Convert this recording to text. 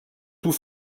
tout